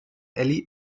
elli